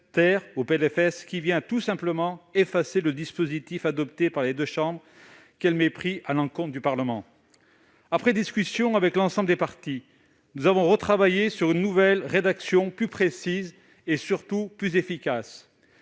13 au PLFSS qui vient tout simplement effacer le dispositif adopté par les deux chambres : quel mépris à l'encontre du Parlement ! Après discussion avec l'ensemble des parties, nous avons travaillé à une nouvelle rédaction plus précise et, surtout, plus efficace